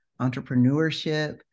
entrepreneurship